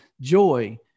Joy